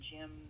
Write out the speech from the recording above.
Jim